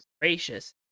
gracious